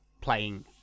playing